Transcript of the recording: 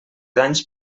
danys